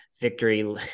victory